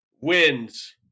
wins